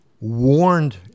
warned